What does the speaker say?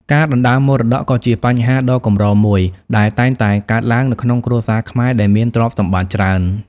ការដណ្តើមមរតកក៏ជាបញ្ហាដ៏កម្រមួយដែលតែងតែកើតឡើងនៅក្នុងគ្រួសារខ្មែរដែលមានទ្រព្យសម្បត្តិច្រើន។